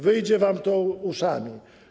Wyjdzie wam to uszami.